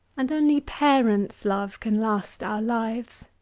and only parents' love can last our lives